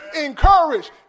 encouraged